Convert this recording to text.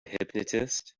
hypnotist